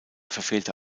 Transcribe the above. verfehlte